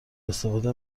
استفاده